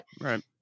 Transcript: right